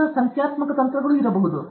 ಹೆಚ್ಚು ಸಂಖ್ಯಾತ್ಮಕ ತಂತ್ರಗಳು ಆಗಿರುತ್ತದೆ